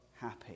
happy